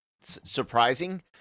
surprising